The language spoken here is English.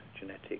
genetic